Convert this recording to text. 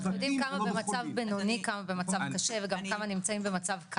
אנחנו יודעים כמה במצב בינוני, כמה קשה וכמה קל.